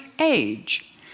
age